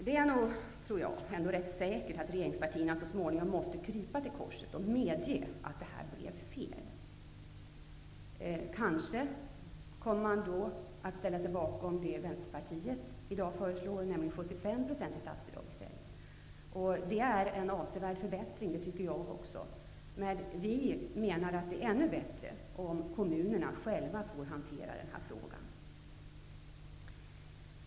Det är nog rätt säkert, tror jag, att regeringspartierna så småningom måste krypa till korset och medge att det blev fel. Kanske ställer man sig bakom det som Vänsterpartiet i dag föreslår, nämligen att det i stället skall vara ett 75 procentigt statsbidrag. Jag tycker också att det skulle vara en avsevärd förbättring. Men vi menar att det vore ännu bättre om kommunerna själva fick hantera den här frågan.